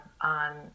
on